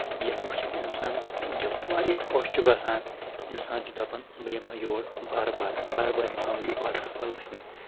یَتھ وٕچھِتھ اِنسانس دِل واریاہ خۄش چھُ گژھان انسان چھُ دپان بہٕ یِمہٕ یور بار بار بار بار یِم ہا بہٕ یہِ واٹر فال وٕچھنہِ